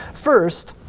first,